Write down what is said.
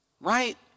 right